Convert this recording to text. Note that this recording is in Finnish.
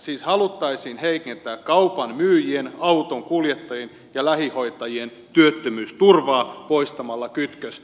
siis haluttaisiin heikentää kaupanmyyjien autonkuljettajien ja lähihoitajien työttömyysturvaa poistamalla kytkös